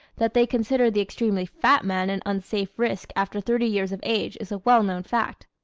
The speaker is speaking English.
that they consider the extremely fat man an unsafe risk after thirty years of age is a well-known fact.